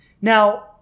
Now